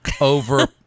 over